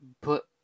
put